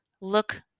look